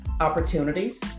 opportunities